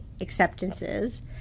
acceptances